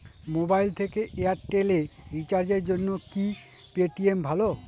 Mobile থেকে Airtel এ রিচার্জের জন্য কি পেটিএম ভালো?